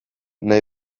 nahi